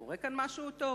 קורה כאן משהו טוב.